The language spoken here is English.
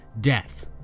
death